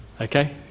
Okay